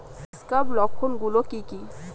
Scab লক্ষণ গুলো কি কি?